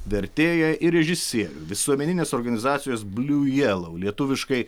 vertėją ir režisierių visuomeninės organizacijos bliu jielau lietuviškai